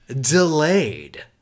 delayed